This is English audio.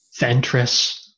Ventress